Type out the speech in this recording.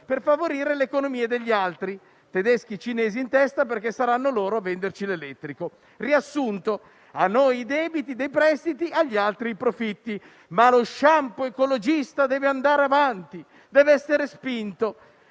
per favorire le economie degli altri: tedeschi e cinesi in testa perché saranno loro a venderci l'elettrico. Riassunto: a noi i debiti dei prestiti, agli altri i profitti. Ma lo *shampoo* ecologista deve andare avanti ed essere spinto.